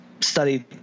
studied